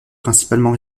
principalement